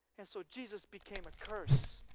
and so jesus became a curse,